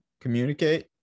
communicate